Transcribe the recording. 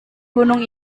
gunung